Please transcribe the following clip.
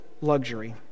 luxury